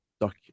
doc